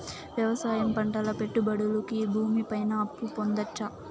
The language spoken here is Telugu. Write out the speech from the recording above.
వ్యవసాయం పంటల పెట్టుబడులు కి భూమి పైన అప్పు పొందొచ్చా?